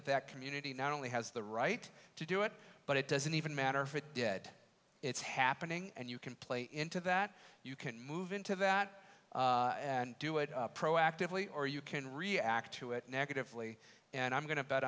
that that community not only has the right to do it but it doesn't even matter if it dead it's happening and you can play into that you can move into that and do it proactively or you can react to it negatively and i'm going to be